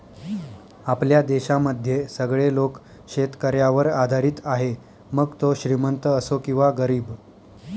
आपल्या देशामध्ये सगळे लोक शेतकऱ्यावर आधारित आहे, मग तो श्रीमंत असो किंवा गरीब